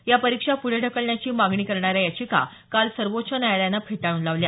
या परीक्षा पुढे ढकलण्याची मागणी करणाऱ्या याचिका काल सर्वोच्च न्यायालयानं फेटाळून लावल्या